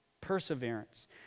Perseverance